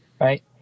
Right